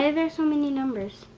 there so many numbers?